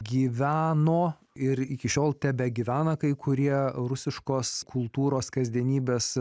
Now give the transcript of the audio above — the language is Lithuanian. gyveno ir iki šiol tebegyvena kai kurie rusiškos kultūros kasdienybės